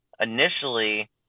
initially